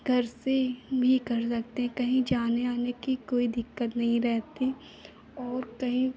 घर से भी कर सकते हैं कहीं जाने आने की कोई दिक्कत नहीं रहती और कहीं